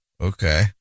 Okay